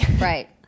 Right